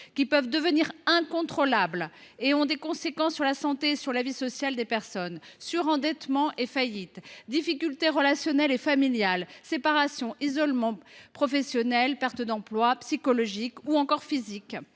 qui peuvent devenir incontrôlables et qui ont des conséquences sur la santé, comme sur la vie sociale, des personnes : surendettement et faillite, difficultés relationnelles et familiales, séparation, isolement professionnel, perte d’emploi, troubles psychologiques ou encore physiques,